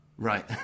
Right